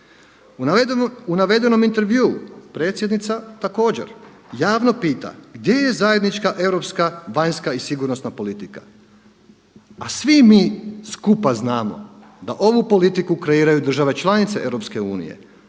U navedenom intervjuu predsjednica također javno pita gdje je zajednička europska, vanjska i sigurnosna politika. A svi mi skupa znamo da ovu politiku kreiraju države članice EU,